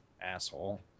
asshole